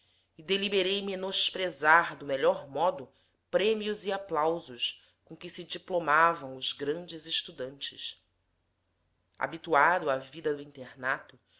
e deliberei menosprezar do melhor modo prêmios e aplausos com que se diplomavam os grandes estudantes habituado à vida do internato